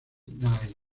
knight